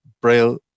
Braille